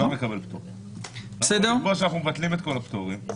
אנחנו מבטלים את כל הפטורים,